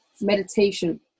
meditation